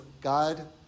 God